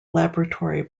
laboratory